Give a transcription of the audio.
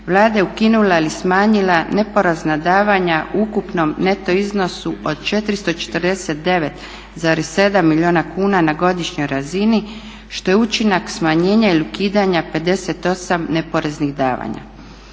Vlada je ukinula ili smanjila neporezna davanja u ukupnom neto iznosu od 449,7 milijuna kuna na godišnjoj razini što je učinak smanjenja ili ukidanja 58 neporeznih davanja.